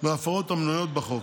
מההפרות המנויות בחוק.